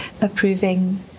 approving